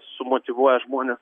sumotyvuoja žmones